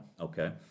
Okay